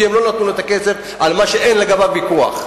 כי הם לא נתנו לו את הכסף על מה שאין לגביו ויכוח.